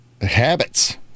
habits